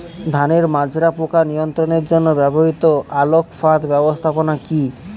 ধানের মাজরা পোকা নিয়ন্ত্রণের জন্য ব্যবহৃত আলোক ফাঁদ ব্যবস্থাপনা কি?